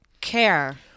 care